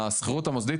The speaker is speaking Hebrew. השכירות המוסדית,